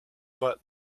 but